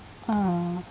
ah